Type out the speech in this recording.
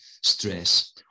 stress